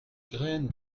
graine